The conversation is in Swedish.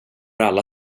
alla